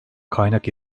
kaynak